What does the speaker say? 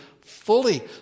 fully